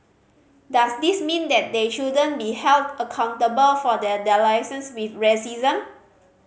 does this mean that they shouldn't be held accountable for their dalliances with racism